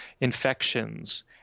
Infections